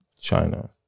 China